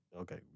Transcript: Okay